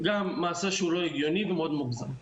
גם מעשה שהוא לא הגיוני ומאוד מוגזם.